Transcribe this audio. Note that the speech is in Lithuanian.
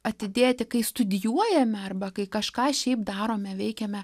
atidėti kai studijuojame arba kai kažką šiaip darome veikiame